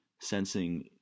sensing